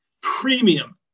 premium